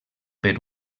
per